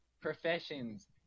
professions